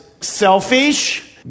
selfish